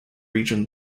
region